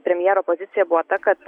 premjero pozicija buvo ta kad